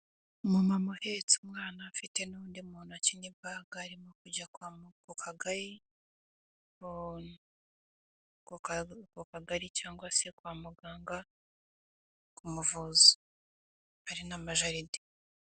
Umu mama uhetse umwana afite n'undi mu ntoki ni baga, arimo kujya ku kagari cyangwa se kwa muganga, kumuvuza. Hari n'amajaride.